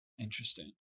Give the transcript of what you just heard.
interesting